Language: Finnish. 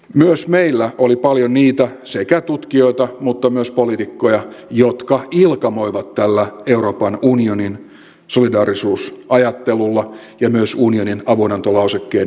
myös meillä oli paljon niitä tutkijoita mutta myös poliitikkoja jotka ilkamoivat tällä euroopan unionin solidaarisuusajattelulla ja myös unionin avunantolausekkeiden merkityksellä